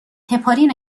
هپارین